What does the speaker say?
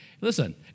Listen